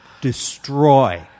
destroy